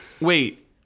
Wait